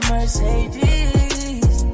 Mercedes